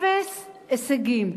אפס הישגים.